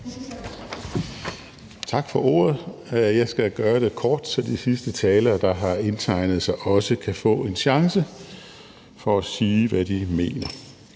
Tak for ordet. Jeg skal gøre det kort, så de sidste talere, der har indtegnet sig, også kan få en chance for at sige, hvad de mener.